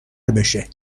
بشه